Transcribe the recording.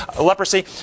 leprosy